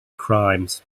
crimes